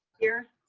here.